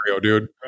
dude